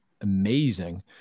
amazing